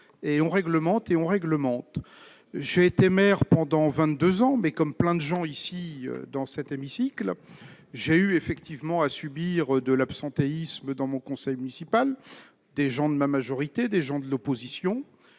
et on réglementé on réglemente je été maire pendant 22 ans mais comme plein de gens ici dans cet hémicycle, j'ai eu effectivement à subir de l'absentéisme dans mon conseil municipal des gens de la majorité des gens de l'opposition,